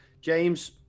James